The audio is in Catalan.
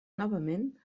novament